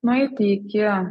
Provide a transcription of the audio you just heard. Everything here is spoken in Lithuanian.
nueiti iki